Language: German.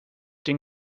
den